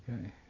Okay